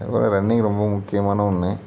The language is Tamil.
அது போல ரன்னிங் ரொம்ப முக்கியமான ஒன்று